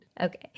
Okay